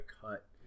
Cut